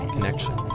Connection